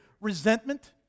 resentment